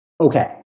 okay